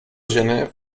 gener